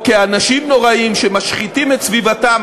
או כאנשים נוראים שמשחיתים את סביבתם,